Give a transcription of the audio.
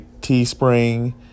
Teespring